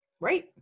Right